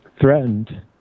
threatened